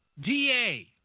DA